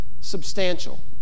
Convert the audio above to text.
substantial